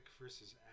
versus